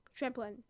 Trampoline